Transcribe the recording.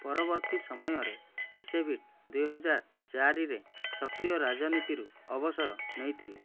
ପରବର୍ତ୍ତୀ ସମୟରେ ଇସେଭିଟ୍ ଦୁଇହଜାରଚାରିରେ ସକ୍ରିୟ ରାଜନୀତିରୁ ଅବସର ନେଇଥିଲେ